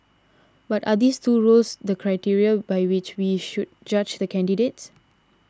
but are these two roles the criteria by which we should judge the candidates